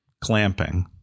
Clamping